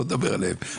לא מדבר עליהם,